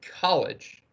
college